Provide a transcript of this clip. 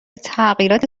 تغییرات